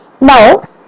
Now